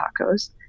tacos